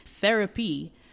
Therapy